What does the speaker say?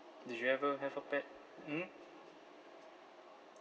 did you ever have a pet mm